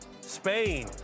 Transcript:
Spain